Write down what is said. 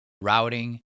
routing